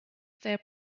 their